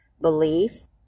Belief